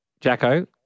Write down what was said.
Jacko